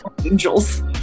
angels